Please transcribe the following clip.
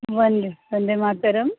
वन्दे वन्दे मातरं